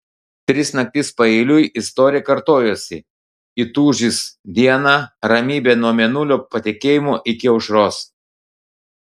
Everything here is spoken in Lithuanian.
tris naktis paeiliui istorija kartojosi įtūžis dieną ramybė nuo mėnulio patekėjimo iki aušros